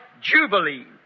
Jubilee